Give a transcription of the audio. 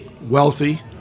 wealthy